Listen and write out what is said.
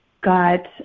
got